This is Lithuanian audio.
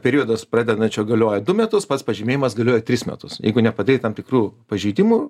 periodas pradedančio galioja du metus pats pažymėjimas galioja tris metus jeigu nepadarei tam tikrų pažeidimų